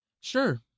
Sure